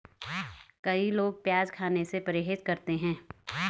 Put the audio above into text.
कई लोग प्याज खाने से परहेज करते है